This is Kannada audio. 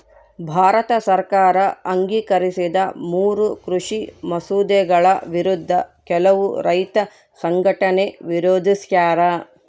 ಭಾರತ ಸರ್ಕಾರ ಅಂಗೀಕರಿಸಿದ ಮೂರೂ ಕೃಷಿ ಮಸೂದೆಗಳ ವಿರುದ್ಧ ಕೆಲವು ರೈತ ಸಂಘಟನೆ ವಿರೋಧಿಸ್ಯಾರ